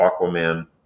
Aquaman